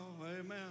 amen